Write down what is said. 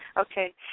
okay